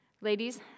Ladies